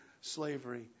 slavery